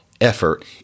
effort